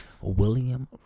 William